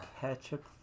ketchup